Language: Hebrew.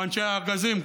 כמו אנשי הארגזים,